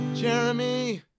Jeremy